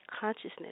consciousness